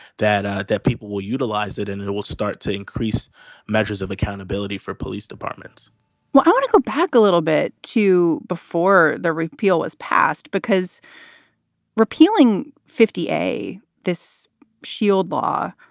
that ah that people will utilize it and and it will start to increase measures of accountability for police departments well, i want to go back a little bit to before the repeal was passed because repealing fifty a this shield law,